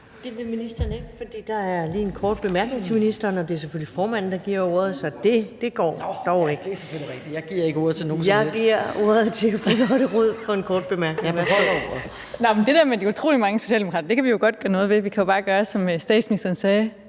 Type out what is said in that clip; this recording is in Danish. der er lige en kort bemærkning til ministeren, og det er selvfølgelig formanden, der giver ordet. Så det går dog ikke! Jeg giver ordet til fru Lotte Rod for en kort bemærkning. Værsgo. Kl. 20:00 Lotte Rod (RV): Jamen det der med de utrolig mange socialdemokrater kan vi jo godt gøre noget ved. Vi kan jo bare gøre, som statsministeren sagde